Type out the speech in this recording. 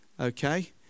Okay